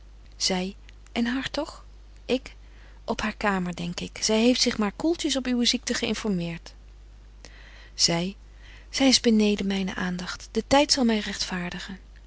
zy en hartog ik op haar kamer denk ik zy heeft zich maar koeltjes op uwe ziekte geinformeert zy zy is beneden myne aandagt de tyd zal my rechtvaardigen